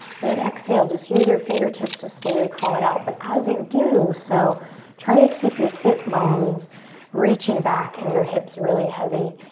and then exhale, just use your fingertips to slowly crawl it out but as you do so try to keep your sit bones reaching back and your hips really heavy,